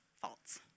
faults